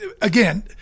again